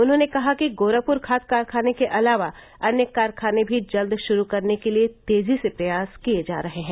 उन्होंने कहा कि गोरखपुर खाद कारखाने के अलावा अन्य कारखाने भी जल्द शुरू करने के लिये तेजी से प्रयास किये जा रहे हैं